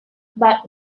but